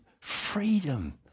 freedom